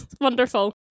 Wonderful